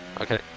Okay